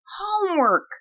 Homework